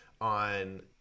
on